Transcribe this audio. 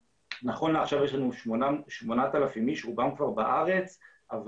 נכון לעכשיו יש לנו 8,000 אנשים שרובם כבר בארץ אבל